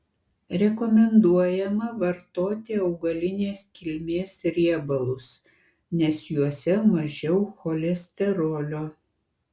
rekomenduojama vartoti augalinės kilmės riebalus nes juose mažiau cholesterolio